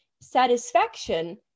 satisfaction